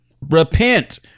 repent